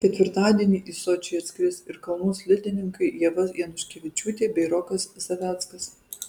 ketvirtadienį į sočį atskris ir kalnų slidininkai ieva januškevičiūtė bei rokas zaveckas